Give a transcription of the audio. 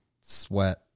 sweat